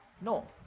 No